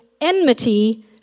enmity